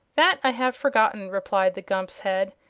that i have forgotten, replied the gump's head,